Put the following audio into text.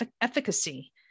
efficacy